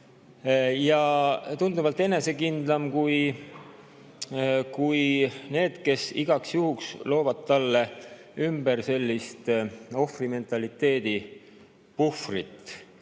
tunduvalt enesekindlam kui need, kes teda aidates igaks juhuks loovad talle ümber sellist ohvrimentaliteedi puhvrit.